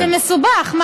מסובך.